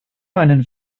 einen